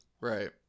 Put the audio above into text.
Right